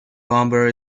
bomber